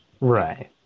Right